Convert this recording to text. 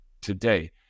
today